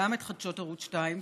וגם את חדשות ערוץ 2,